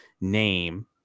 name